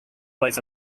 plays